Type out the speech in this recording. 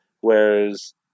Whereas